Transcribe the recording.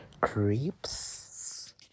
creeps